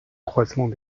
croisement